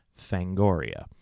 Fangoria